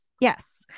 Yes